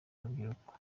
urubyiruko